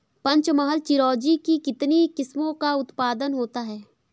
पंचमहल चिरौंजी की कितनी किस्मों का उत्पादन होता है?